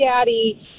daddy